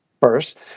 first